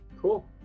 cool